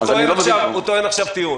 הוא טוען עכשיו טיעון.